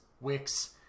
Wix